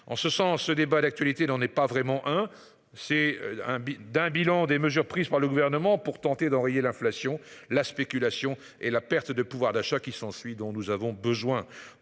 en ce sens ce débat d'actualité n'en est pas vraiment hein c'est un, d'un bilan des mesures prises par le gouvernement pour tenter d'enrayer l'inflation, la spéculation et la perte de pouvoir d'achat qui s'ensuit dont nous avons besoin